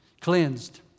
cleansed